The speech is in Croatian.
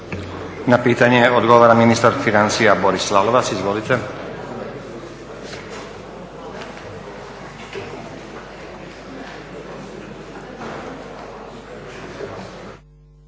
Na pitanje odgovara ministar financija Boris Lalovac. Izvolite.